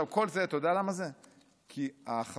כל זה, אתה יודע למה זה?